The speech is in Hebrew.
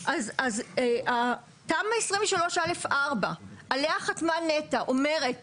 תמ"א 23א4 עליה חתמה נת"ע אומרת